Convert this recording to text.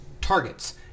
Targets